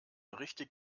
richtig